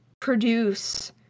produce